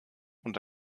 und